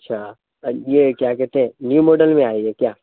اچھا یہ کیا کہتے ہیں نیو ماڈل میں آئی ہے کیا